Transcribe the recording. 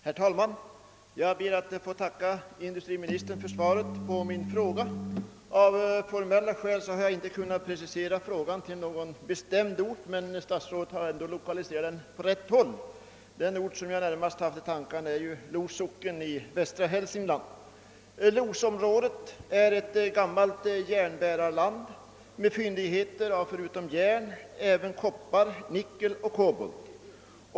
Herr talman! Jag ber att få tacka in dustriministern för svaret på min fråga. Av formella skäl kunde jag inte precisera vilken ort frågan avsåg, men statsrådet har ändå lyckats lokalisera trakten. Losområdet är ett gammalt järnbärarland med fyndigheter av förutom järn även koppar, nickel och kobolt.